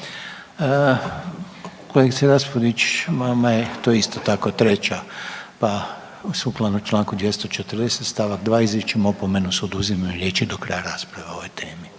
Kolegice Raspudić, vama je to isto tako treća pa sukladno članku 240. stavak 2. izričem opomenu sa oduzimanjem riječi do kraja rasprave o ovoj temi.